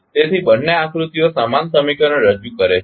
તેથી બંને આકૃતિઓ સમાન સમીકરણ રજુ કરે છે